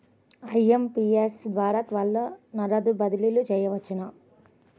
IMPS ద్వారా త్వరగా నగదు బదిలీ చేయవచ్చునా?